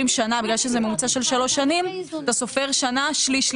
שנה בגלל שזה ממוצע של שלוש שנים - אתה סופר שנה שליש,